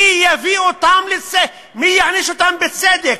מי יעניש אותם בצדק?